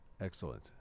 Excellent